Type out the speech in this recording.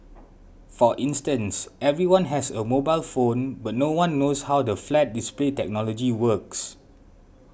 for instance everyone has a mobile phone but no one knows how the flat display technology works